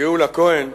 גאולה כהן,